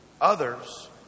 others